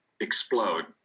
Explode